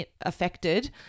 affected